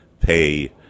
pay